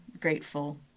grateful